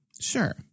Sure